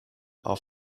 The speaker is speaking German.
auf